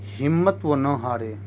ہمت وہ نہ ہارے